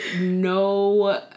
no